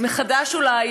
מחדש אולי,